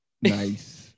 Nice